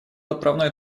отправной